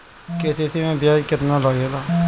KCC मै ब्याज केतनि लागेला?